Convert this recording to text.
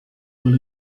will